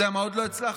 יודע מה עוד לא הצלחנו?